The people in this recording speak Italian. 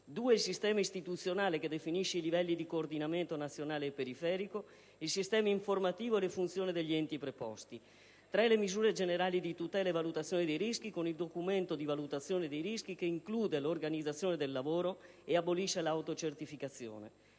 il sistema istituzionale che definisce i livelli di coordinamento nazionale e periferico, il sistema informativo e le funzioni degli enti preposti; terzo, le misure generali di tutela e valutazione dei rischi con il documento di valutazione dei rischi che include l'organizzazione del lavoro ed abolisce l'autocertificazione;